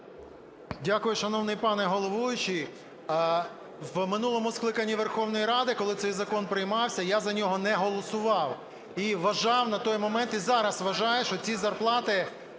Дякую, шановний пане головуючий. В минулому скликанні Верховної Ради, коли цей закон приймався, я за нього не голосував і вважав на той момент, і зараз вважаю, що ці зарплати